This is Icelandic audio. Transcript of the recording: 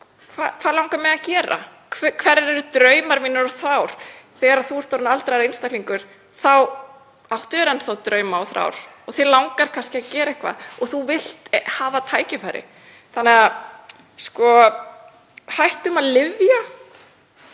Hvað langar mig að gera? Hverjar eru draumar mínir og þrár? Þegar þú ert orðinn aldraður einstaklingur þá áttu þér enn drauma og þrár og langar kannski að gera eitthvað og vilt hafa tækifæri til þess. Verum gagnrýnin